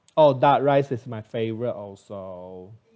oh duck rice is my favourite also